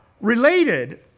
related